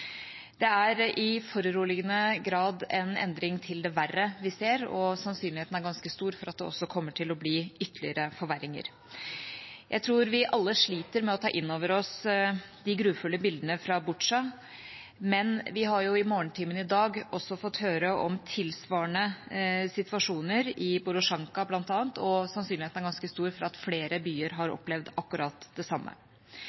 Det er i foruroligende grad en endring til det verre vi ser, og sannsynligheten er ganske stor for at det også kommer til å bli ytterligere forverringer. Jeg tror vi alle sliter med å ta innover oss de grufulle bildene fra Butsja, men vi har i morgentimene i dag også fått høre om tilsvarende situasjoner i bl.a. Borodjanka, og sannsynligheten er ganske stor for at flere byer har